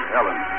Ellen